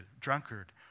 drunkard